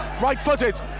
Right-footed